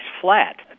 flat